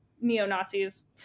neo-Nazis